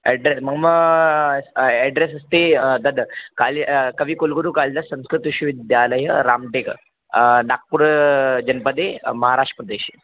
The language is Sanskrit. एड्रेस् मम एड्रेस् अस्ति तद् कालि कविकुलगुरुः कालिदासः संस्कृतविश्वविद्यालयः राम्टेक् नाग्पुर् जनपदे महाराष्ट्रप्रदेशे